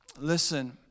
Listen